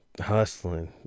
hustling